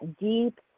deep